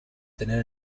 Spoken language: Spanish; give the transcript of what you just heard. tener